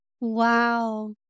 Wow